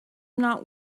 not